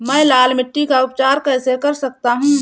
मैं लाल मिट्टी का उपचार कैसे कर सकता हूँ?